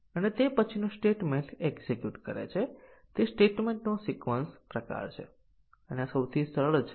પરંતુ ત્યારબાદ કોમ્પોનન્ટ કન્ડીશનની સંખ્યામાં વધારો થતાં મલ્ટિપલ કંડિશન કવરેજ પ્રાપ્ત કરવા માટે જરૂરી ટેસ્ટીંગ કેસોની સંખ્યા ખૂબ મોટી બને છે